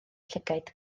llygaid